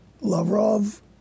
Lavrov